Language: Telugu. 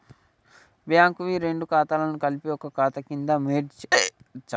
బ్యాంక్ వి రెండు ఖాతాలను కలిపి ఒక ఖాతా కింద మెర్జ్ చేయచ్చా?